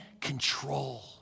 control